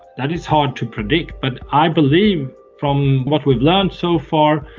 that is hard to predict. but i believe from what we've learned so far,